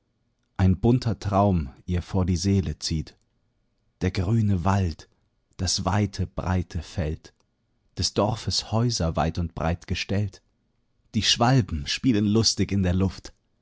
ein bunter traum ihr vor die seele zieht der grüne wald das weite breite feld des dorfes häuser weit und breit gestellt die schwalben spielen lustig in der luft